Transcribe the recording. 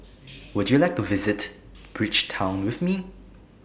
Would YOU like to visit Bridgetown with Me